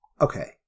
Okay